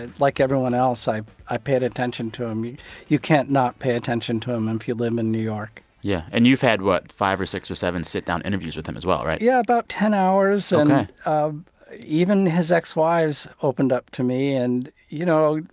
and like everyone else, i i paid attention to him. you you can't not pay attention to him and if you live in new york yeah. and you had what? five or six or seven sit-down interviews with him as well, right? yeah about ten hours ok um even his ex-wives opened up to me and, you know,